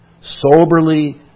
soberly